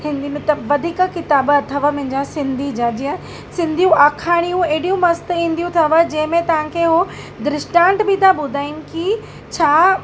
हिंदी में त वधीक किताबु अथव मुंहिंजा सिंधी जा जीअं सिंधियूं आखाणियूं एॾियूं मस्तु ईंदियूं अथव जंहिं में तव्हांखे हू द्रष्टांत बि था ॿुधाइनि की छा